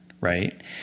right